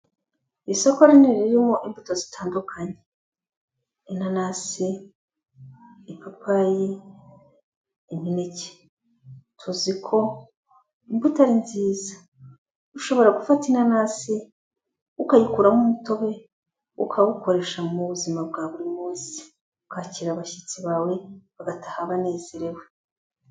Isoko rinini ririmo imbuto zitandukanye: Inanasi, ipapayi imineke. Tuzi ko imbuto ari nziza, ushobora gufata inanasi, ukayikuramo umutobe ukawukoresha mu buzima bwa buri munsi, ukakira abashyitsi bawe, bagataha banezerewe.